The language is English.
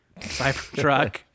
Cybertruck